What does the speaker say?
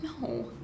No